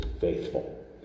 faithful